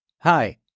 Hi